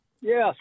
Yes